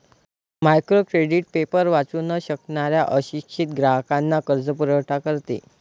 micro credit paper वाचू न शकणाऱ्या अशिक्षित ग्राहकांना कर्जपुरवठा करते